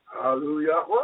hallelujah